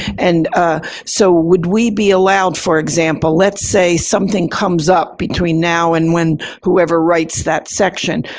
and so, would we be allowed, for example, let's say something comes up between now and when whoever writes that section.